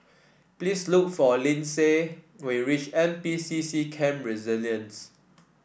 please look for Lyndsay when you reach N P C C Camp Resilience